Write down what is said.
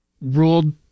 ruled